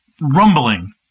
rumbling